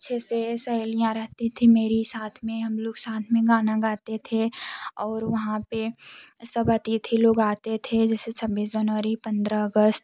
अच्छे से सहेलियाँ रहती थी मेरी साथ में हम लोग साथ में गाना गाते थे और वहाँ पर सब आतिथि लोग आते थे जैसे छब्बीस जनवरी पंद्रह अगस्त